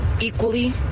equally